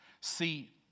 See